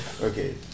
Okay